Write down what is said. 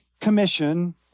commission